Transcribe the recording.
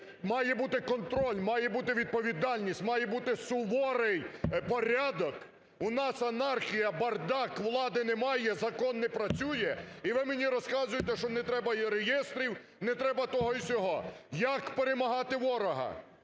має бути контроль, має бути відповідальність, має бути суворий порядок. У нас анархія, бардак, влади немає, закон не працює – і ви мені розказуєте, що не треба і реєстрів, не треба того і сього. Як перемагати ворога?